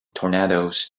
tornadoes